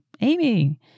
Amy